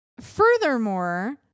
Furthermore